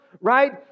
right